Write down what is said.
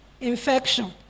infection